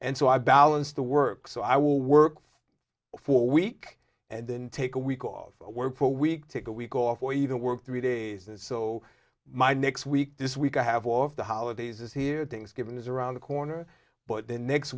and so i balanced the work so i will work for week and then take a week off work for a week take a week off or even work three days and so my next week this week i have all of the holidays is here things given is around the corner but the next